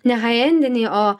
ne hajendiniai o